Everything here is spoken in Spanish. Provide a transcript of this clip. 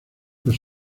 los